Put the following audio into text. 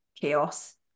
chaos